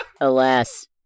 Alas